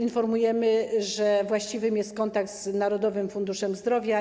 Informujemy, że właściwy jest kontakt z Narodowym Funduszem Zdrowia.